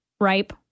ripe